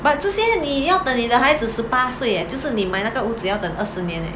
but 这些你要等你的孩子十八岁 eh 就是你买那个屋子要等二十年 leh